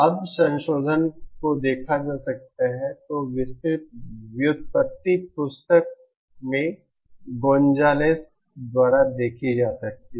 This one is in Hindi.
अब संशोधन को देखा जा सकता है तो विस्तृत व्युत्पत्ति पुस्तक में गोंजालेस द्वारा देखी जा सकती है